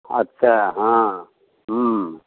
अच्छा हँ हूँ